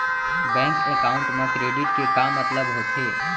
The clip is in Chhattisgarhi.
बैंक एकाउंट मा क्रेडिट के का मतलब होथे?